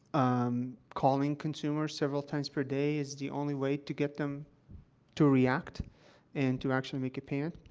um, calling consumers several times per day is the only way to get them to react and to actually make a payment,